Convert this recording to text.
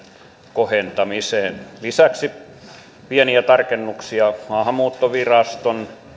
kohentamiseen lisäksi on pieniä tarkennuksia maahanmuuttoviraston